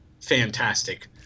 fantastic